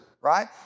Right